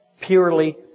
purely